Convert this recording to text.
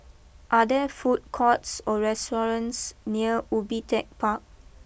are there food courts or restaurants near Ubi Tech Park